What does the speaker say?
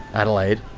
adelaide.